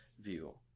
view